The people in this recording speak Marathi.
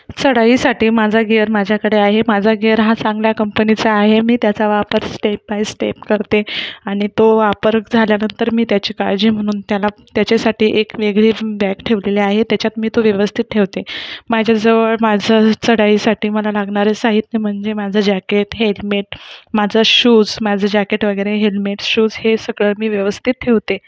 चढाईसाठी माझा गेअर हा माझ्याकडे आहे माझा गेअर हा चांगल्या कंपनीचा आहे मी त्याचा वापर स्टेप बाय स्टेप करते आणि तो वापर झाल्यानंतर मी त्याची काळजी म्हणून त्याला त्याच्यासाठी एक वेगळी बॅग ठेवलेली आहे त्याच्यात मी तो व्यवस्थित ठेवते माझ्याजवळ माझं चढाईसाठी मला लागणारं साहित्य म्हनजे माझं जॅकेट हेल्मेट माझं शूज माझं जॅकेट वगैरे हेल्मेट शूज हे सगळं मी व्यवस्थित ठेवते